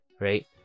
Right